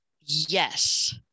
Yes